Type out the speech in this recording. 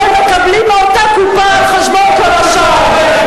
כי הם מקבלים מאותה קופה על חשבון כל השאר.